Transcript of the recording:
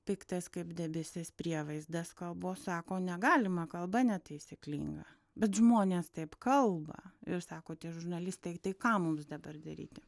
piktas kaip debesis prievaizdas kalbos sako negalima kalba netaisyklinga bet žmonės taip kalba ir sako tie žurnalistai tai ką mums dabar daryti